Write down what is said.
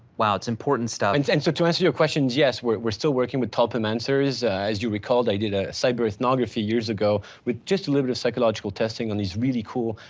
wow, it's important stuff. and so to answer your questions, yes, we're we're still working with tulpamancers. as you recall, i did a cyber ethnography years ago, with just delivered a psychological testing on these really cool,